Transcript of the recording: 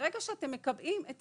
ברגע שאתם מקבעים את